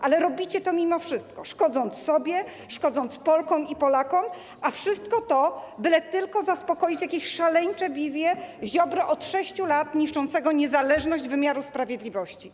Ale robicie to mimo wszystko, szkodząc sobie, szkodząc Polkom i Polakom, a wszystko to, byle tylko zaspokoić jakieś szaleńcze wizje Ziobry od 6 lat niszczącego niezależność wymiaru sprawiedliwości.